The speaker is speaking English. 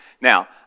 Now